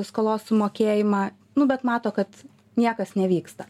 skolos sumokėjimą nu bet mato kad niekas nevyksta